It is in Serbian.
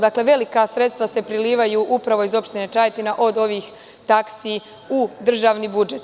Dakle, velika sredstva se prelivaju upravo iz opštine Čajetina od ovih taksi u državni budžet.